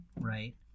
right